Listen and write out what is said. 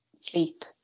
sleep